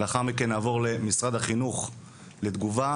לאחר מכן נעבור למשרד החינוך לתגובה,